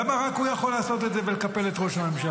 למה רק הוא יכול לעשות את זה ולקפל את ראש הממשלה?